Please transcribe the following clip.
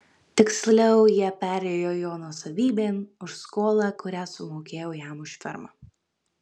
tiksliau jie perėjo jo nuosavybėn už skolą kurią sumokėjau jam už fermą